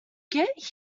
get